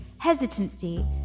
Hesitancy